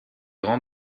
rangs